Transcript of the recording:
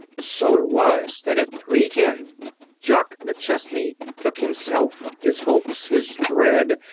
so it was that at three-ten jock mcchesney took himself, his hopes his dread,